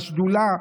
בשדולה,